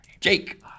Jake